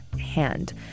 hand